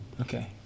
Okay